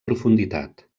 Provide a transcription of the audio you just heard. profunditat